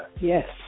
Yes